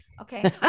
okay